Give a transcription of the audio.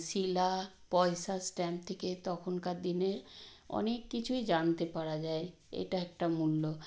শিলা পয়সা স্ট্যাম্প থেকে তখনকার দিনে অনেক কিছুই জানতে পারা যায় এটা একটা মূল্য